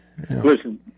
Listen